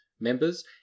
members